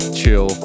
chill